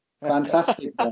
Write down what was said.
fantastic